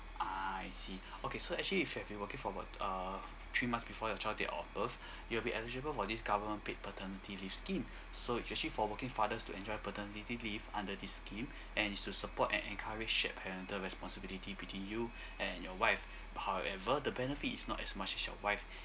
ah I see okay so actually if you've been working for uh three months before your child date of birth you'll be eligible for this government paid paternity leave scheme so it's actually for working fathers to enjoy paternity leave under this scheme and is to support encourage shape parental responsibility between you and your wife however the benefit is not as much as your wife